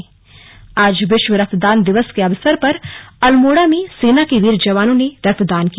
slug रक्त दान दिवस आज विश्व रक्तदाता दिवस के अवसर पर अल्मोड़ा में सेना के वीर जवानों ने रक्तदान किया